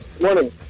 morning